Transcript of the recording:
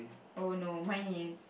oh no mine is